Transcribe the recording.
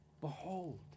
behold